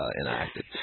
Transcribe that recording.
enacted